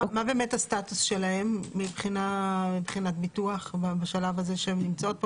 מה הסטטוס שלהם מבחינת ביטוח בשלב הזה שהן נמצאות בו?